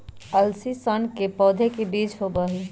अलसी सन के पौधे के बीज होबा हई